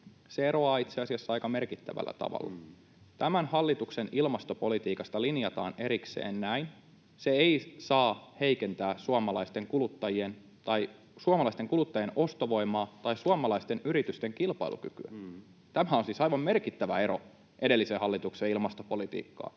Se eroaa itse asiassa aika merkittävällä tavalla. Tämän hallituksen ilmastopolitiikasta linjataan erikseen, että se ei saa heikentää suomalaisten kuluttajien ostovoimaa tai suomalaisten yritysten kilpailukykyä. Tämä on siis aivan merkittävä ero edellisen hallituksen ilmastopolitiikkaan.